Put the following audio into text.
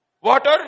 water